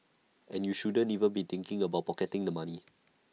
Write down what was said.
and you shouldn't even be thinking about pocketing the money